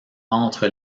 entre